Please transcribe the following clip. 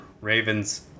Raven's